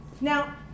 Now